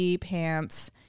pants